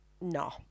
no